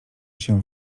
się